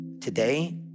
Today